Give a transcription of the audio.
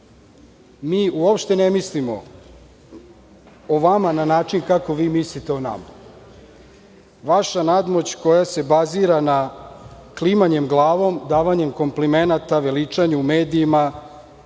mi uopšte ne mislimo o vama na način kako vi mislite o nama. Vaša nadmoć koja se bazira na klimanjem glavom, davanjem komplimenata, veličanje u medijima,